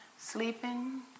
sleeping